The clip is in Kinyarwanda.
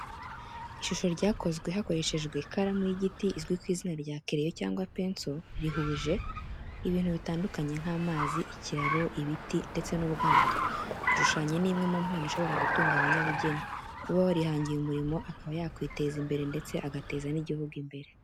Ishusho ryakozwe hakoreshejwe ikaramu y’igiti izwi ku izina rya kereyo cyangwa penso rihuje ibintu bitandukanye nk'amazi, ikiraro, ibiti ndetse n'ubwato. Gushushanya ni imwe mu mpano ishobora gutunga umunyabugeni uba warihangiye umurimo, akaba yakwiteza imbere ndetse agateza n'igihugu imbere.